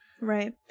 Right